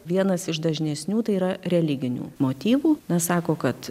vienas iš dažnesnių tai yra religinių motyvų nes sako kad